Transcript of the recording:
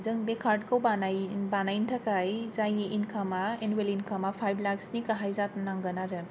जों बे कार्द खौ बानाय बानाययि थाखाय जायनि इनखामा इनुयेल इनखामा फाइब लाखसनि गाहाय जानांगोन आरो